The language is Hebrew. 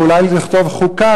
ואולי לכתוב חוקה,